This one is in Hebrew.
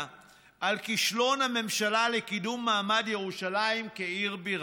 על כישלון הממשלה לקידום מעמד ירושלים כעיר בירה.